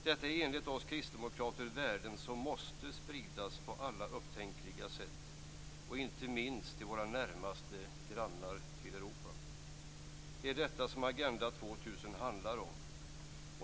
Detta är enligt oss kristdemokrater värden som måste spridas på alla upptänkliga sätt, inte minst till Europas närmaste grannar. Det är detta som Agenda 2000 handlar om.